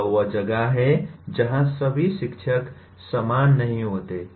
यह वह जगह है जहां सभी शिक्षक समान नहीं होते हैं